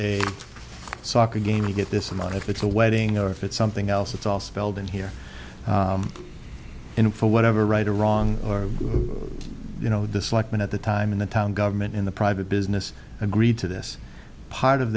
a soccer game you get this amount if it's a wedding or if it's something else it's all spelled in here in for whatever right or wrong or do you know this like when at the time in the town government in the private business agreed to this part of